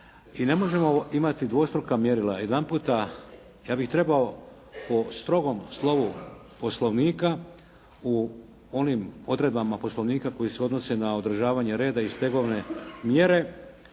I ne možemo imati dvostruka mjerila. Jedanput ja bih trebao po strogom slovu Poslovnika u onim odredbama Poslovnika koji se odnose na održavanje reda i stegovne mjere,